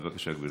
בבקשה, גברתי.